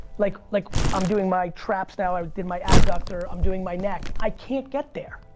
like, like i'm doing my traps now, i did my adductor, i'm doing my neck. i can't get there.